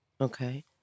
Okay